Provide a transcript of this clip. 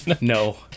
no